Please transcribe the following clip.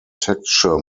texture